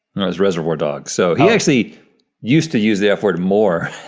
no, reservoir dog. so he actually used to use the f word more.